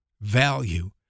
value